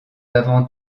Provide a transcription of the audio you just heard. avant